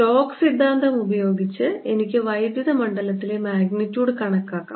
Stokes സിദ്ധാന്തം ഉപയോഗിച്ച് എനിക്ക് വൈദ്യുത മണ്ഡലത്തിന്റെ മാഗ്നിറ്റ്യൂഡ് കണക്കാക്കാം